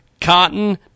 Cotton